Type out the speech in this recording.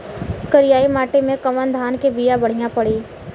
करियाई माटी मे कवन धान के बिया बढ़ियां पड़ी?